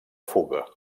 fuga